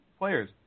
players